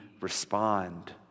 respond